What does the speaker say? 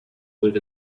live